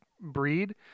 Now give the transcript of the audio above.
breed